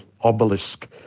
obelisk